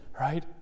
right